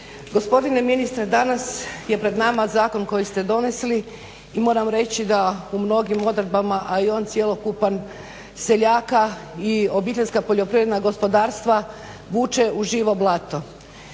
Gospodine ministre, danas je pred nama Zakon koji ste donesli i moram reći da u mnogim odredbama a i on cjelokupan seljaka i obiteljska poljoprivredna gospodarstva vuče u živo blato.